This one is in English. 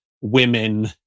women